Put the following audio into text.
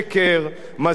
מסע של צביעות.